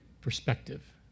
perspective